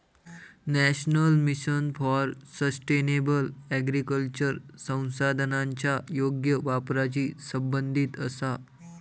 national mission for sustainable agriculture संसाधनांच्या योग्य वापराशी संबंधित आसा